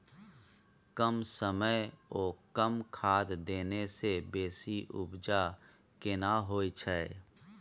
कम समय ओ कम खाद देने से बेसी उपजा केना होय छै?